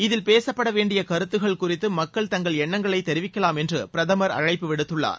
இதில் பேசப்படவேண்டிய கருத்துக்கள் குறித்து மக்கள் தங்கள் எண்ணங்களை தெரிவிக்கலாம் என்று பிரதமர் அழைப்பு விடுத்துள்ளார்